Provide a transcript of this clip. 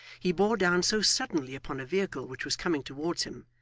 he bore down so suddenly upon a vehicle which was coming towards him,